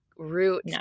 root